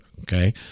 Okay